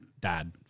dad